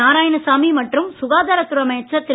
நாராயணசாமி மற்றும் சுகாதாரத் துறை அமைச்சர் திரு